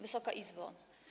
Wysoka Izbo!